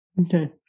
Okay